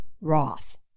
Roth